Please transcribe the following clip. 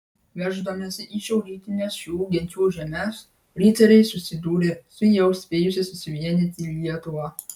verždamiesi į šiaurrytines šių genčių žemes riteriai susidūrė su jau spėjusia susivienyti lietuva